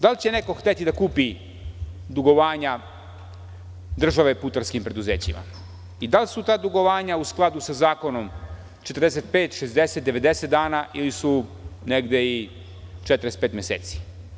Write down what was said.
Da li će neko hteti da kupi dugovanja države putarskim preduzećima i da li su ta dugovanja u skladu sa zakonom 45, 60, ili 90 dana ili su negde po par meseci.